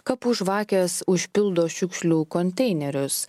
kapų žvakės užpildo šiukšlių konteinerius